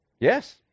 Yes